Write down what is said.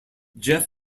jeff